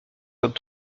comme